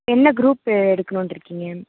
என்ன குருப்பு எடுக்கனுன்னு வந்துருக்கிங்க